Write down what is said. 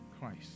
Christ